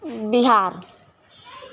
Bihar